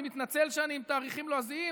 אני מתנצל שאני עם תאריכים לועזים,